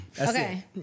Okay